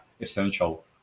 essential